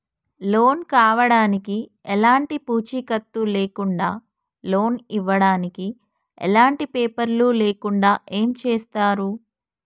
Loan కావడానికి ఎలాంటి పూచీకత్తు లేకుండా లోన్ ఇవ్వడానికి ఎలాంటి పేపర్లు లేకుండా ఏం చేస్తారు?